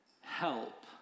help